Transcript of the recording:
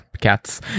cats